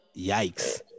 Yikes